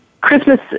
Christmas